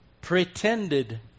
Pretended